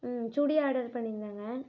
ம் சுடி ஆர்டர் பண்ணியிருந்தேங்க